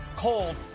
Cold